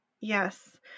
Yes